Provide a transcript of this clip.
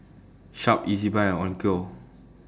Sharp Ezbuy and Onkyo